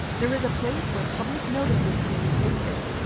there is a place where public notices can be posted.